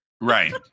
right